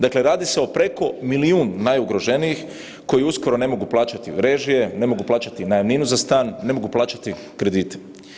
Dakle, radi se o preko milijun najugroženijih koji uskoro ne mobu plaćati režije, ne mogu plaćati najamninu za stan, ne mogu plaćati kredite.